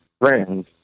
friends